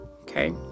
Okay